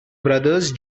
brothers